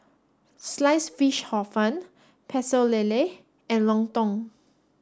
sliced fish Hor fun Pecel Lele and Lontong